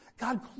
God